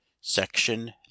section